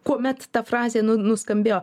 kuomet ta frazė nuskambėjo